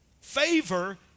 Favor